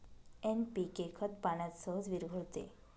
NPK खत पाण्यात सहज विरघळते